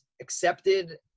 accepted